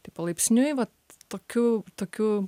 taip palaipsniui vat tokių tokiu